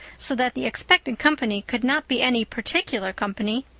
so that the expected company could not be any particular company.